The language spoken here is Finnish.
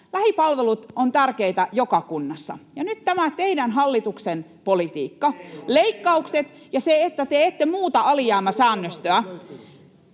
lähipalvelut ovat tärkeitä joka kunnassa, ja nyt tämä teidän hallituksenne politiikka — leikkaukset ja se, että te ette muuta alijäämäsäännöstöä